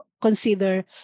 consider